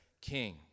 king